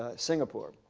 ah singapore.